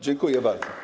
Dziękuję bardzo.